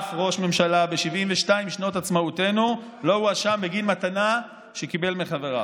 אף ראש ממשלה ב-72 שנות עצמאותנו לא הואשם בגין מתנה שקיבל מחבריו.